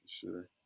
Sure